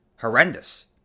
horrendous